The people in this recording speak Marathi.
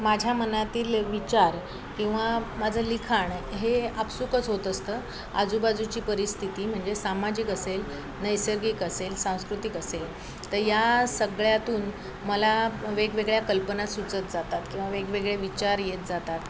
माझ्या मनातील विचार किंवा माझं लिखाण हे आपसूकच होत असतं आजूबाजूची परिस्थिती म्हणजे सामाजिक असेल नैसर्गिक असेल सांस्कृतिक असेल तर या सगळ्यातून मला वेगवेगळ्या कल्पना सुचत जातात किंवा वेगवेगळे विचार येत जातात